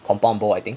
compound bow I think